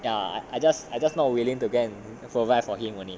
ya I just I just not willing to go and provide for him only